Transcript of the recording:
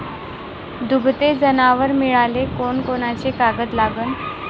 दुभते जनावरं मिळाले कोनकोनचे कागद लागन?